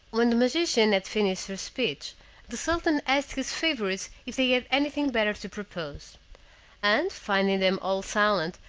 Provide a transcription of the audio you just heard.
when the magician had finished her speech, the sultan asked his favorites if they had anything better to propose and, finding them all silent,